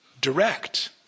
direct